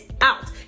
out